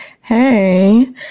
hey